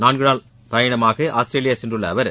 நான்கு நாள் பயணமாக ஆஸ்திரேலியா சென்றுள்ள அவர்